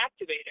activator